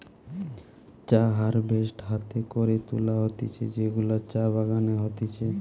চা হারভেস্ট হাতে করে তুলা হতিছে যেগুলা চা বাগানে হতিছে